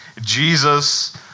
Jesus